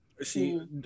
See